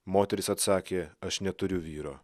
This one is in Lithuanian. moteris atsakė aš neturiu vyro